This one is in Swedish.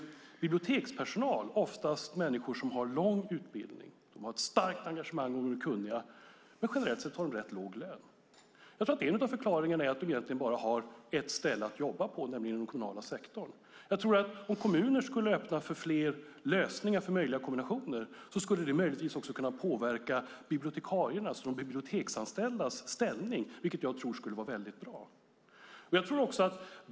Bibliotekspersonal är oftast människor som har lång utbildning. De har ett starkt engagemang och är kunniga, men generellt sett har de rätt låg lön. Jag tror att en av förklaringarna är att de egentligen bara har ett ställe att jobba på, nämligen den kommunala sektorn. Om kommuner skulle öppna för fler lösningar och möjliga kombinationer skulle det möjligtvis också kunna påverka bibliotekariernas och de biblioteksanställdas ställning, vilket jag tror skulle vara väldigt bra.